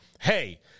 hey –